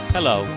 Hello